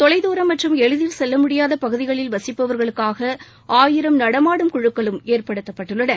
தொலைதூரம் மற்றும் எளிதில் செல்ல முடியாத பகுதிகளில் வசிப்பவர்களுக்காக ஆயிரம் நடமாடும் குழுக்களும் ஏற்படுத்தப்பட்டுள்ளன